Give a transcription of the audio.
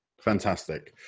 fantastic.